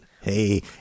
Hey